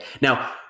Now